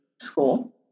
School